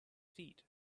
feet